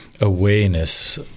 awareness